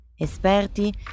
esperti